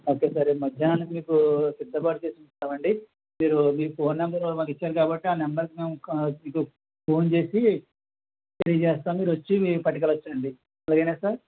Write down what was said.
okay sir రేపు మధ్యాహ్నానికి మీకు సిద్ధపరచి ఇస్తామండీ మీరు మీ ఫోన్ నెంబర్ మాకు ఇచ్చారు కాబట్టి ఆ నెంబర్ కి మేము క ఫోన్ చేసి తెలియచేస్తాను మీరు వచ్చి మీ పట్టికెళ్ళచ్చు అండీ అలాగేనా సార్